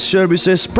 Services